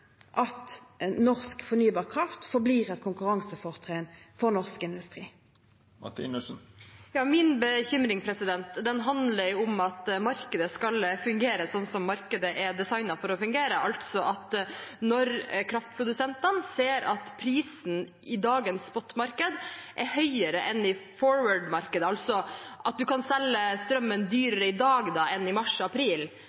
at norsk fornybar kraft forblir et konkurransefortrinn for norsk industri. Min bekymring handler om at markedet skal fungere sånn som markedet er designet for å fungere, altså at når kraftprodusentene ser at prisen i dagens spotmarked er høyere enn i forwardmarkedet, altså at man kan selge strømmen